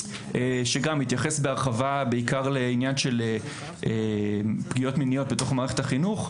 שהתייחס בהרחבה בעיקר לעניין של פגיעות מיניות בתוך מערכת החינוך.